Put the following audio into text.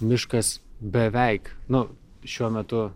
miškas beveik nu šiuo metu